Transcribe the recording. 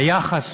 היחס